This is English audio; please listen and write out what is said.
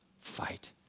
fight